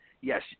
yes